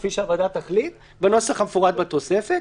כפי שהוועדה תחליט בנוסח המפורט בתוספת.